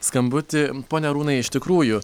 skambutį pone arūnai iš tikrųjų